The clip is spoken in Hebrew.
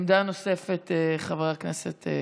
נוספת, חבר הכנסת קושניר.